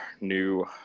new